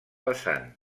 vessant